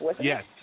Yes